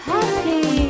Happy